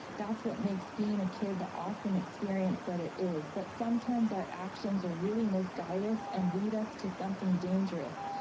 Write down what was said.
that's what makes being a kid the awesome experience that it is. but sometimes our actions ah really misguide us. and lead us to something dangerous.